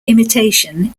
imitation